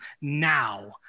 now